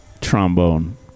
Trombone